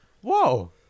whoa